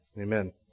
Amen